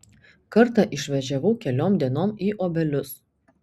kartą išvažiavau keliom dienom į obelius